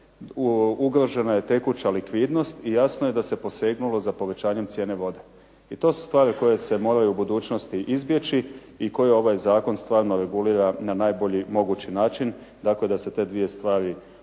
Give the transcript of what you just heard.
ugrožena je tekuća likvidnost i jasno je da se posegnulo za povećanjem cijene vode. I to su stvari koje se moraju u budućnosti izbjeći i koje ovaj zakon stvarno regulira na najbolji mogući način, dakle da se te 2 stvari odijele